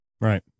Right